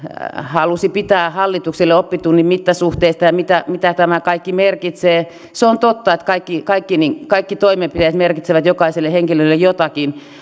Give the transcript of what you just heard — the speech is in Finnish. halusi pitää hallitukselle oppitunnin mittasuhteista ja siitä mitä tämä kaikki merkitsee se on totta että kaikki toimenpiteet merkitsevät jokaiselle henkilölle jotakin